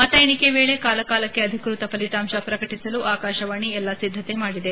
ಮತ ಎಣಿಕೆ ವೇಳೆ ಕಾಲಕಾಲಕ್ಕೆ ಅಧಿಕೃತ ಫಲಿತಾಂಶ ಪ್ರಕಟಿಸಲು ಆಕಾಶವಾಣಿ ಎಲ್ಲಾ ಸಿದ್ದತೆ ಮಾಡಿದೆ